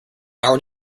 our